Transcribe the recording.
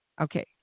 okay